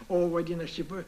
o vadinasi va